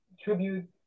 tribute